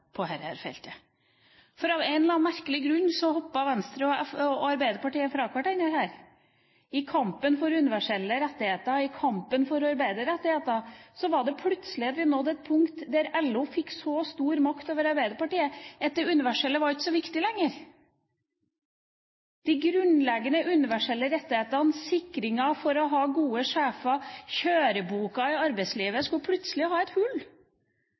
av en eller annen merkelig grunn hopper Venstre og Arbeiderpartiet fra hverandre her. I kampen for universelle rettigheter, i kampen for arbeiderrettigheter nådde vi plutselig et punkt der LO fikk så stor makt over Arbeiderpartiet at det universelle ikke lenger var så viktig. De grunnleggende, universelle rettighetene – sikring for å ha gode sjefer, kjøreboka i arbeidslivet – skulle plutselig ha et hull.